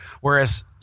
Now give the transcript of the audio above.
Whereas